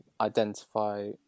identify